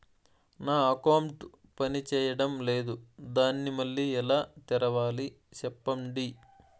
నా అకౌంట్ పనిచేయడం లేదు, దాన్ని మళ్ళీ ఎలా తెరవాలి? సెప్పండి